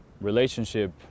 relationship